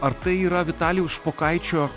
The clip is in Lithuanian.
ar tai yra vitalijaus špokaičio